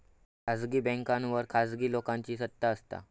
खासगी बॅन्कांवर खासगी लोकांची सत्ता असता